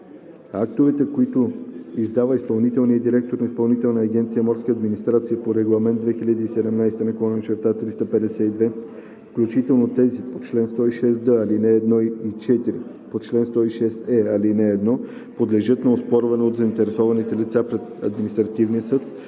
Актовете, които издава изпълнителният директор на Изпълнителна агенция „Морска администрация“ по Регламент (ЕС) 2017/352, включително тези по чл. 106д, ал. 1 и 4 и по чл. 106е, ал. 1, подлежат на оспорване от заинтересованите лица пред административния съд